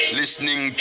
listening